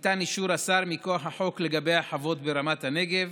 ניתן אישור השר מכוח החוק לגבי החוות ברמת הנגב